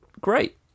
great